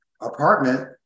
apartment